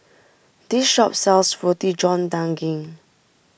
this shop sells Roti John Daging